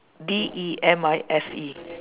D E M I S E